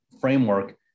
framework